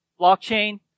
blockchain